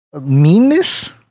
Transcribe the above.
Meanness